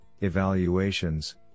evaluations